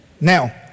Now